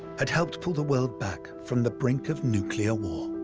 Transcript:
had helped pull the world back from the brink of nuclear war.